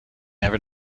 never